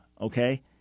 okay